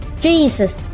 Jesus